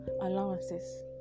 allowances